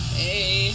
hey